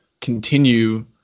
continue